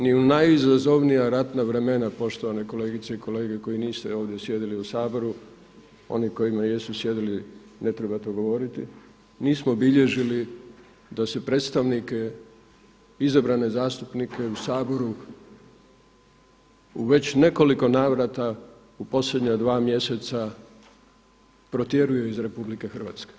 Ni u najizazovnija ratna vremena poštovane kolegice i kolege koji niste ovdje sjedili u Saboru, onima koji jesu sjedili ne treba to govoriti nismo bilježili da se predstavnike, izabrane zastupnike u Saboru u već nekoliko navrata u posljednja dva mjeseca protjeruje iz RH.